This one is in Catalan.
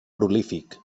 prolífic